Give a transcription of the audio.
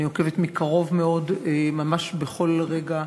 אני עוקבת מקרוב מאוד, ממש בכל רגע,